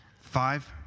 Five